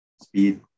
speed